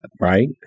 Right